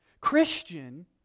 Christian